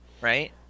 right